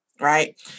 right